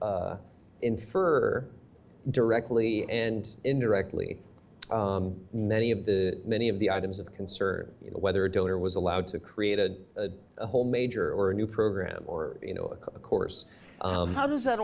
infer directly and indirectly many of the many of the items of concern whether a donor was allowed to create a whole major or a new program or you know a cup of course how does that